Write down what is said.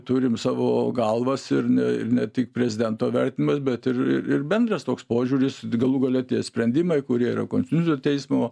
turim savo galvas ir ne ir ne tik prezidento vertinimas bet ir ir bendras toks požiūris galų gale tie sprendimai kurie yra konstinucio teismo